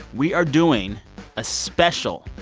we are doing a special,